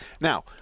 Now